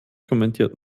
kommentiert